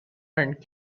and